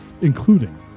including